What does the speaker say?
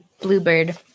Bluebird